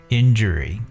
injury